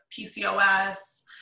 PCOS